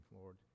Lord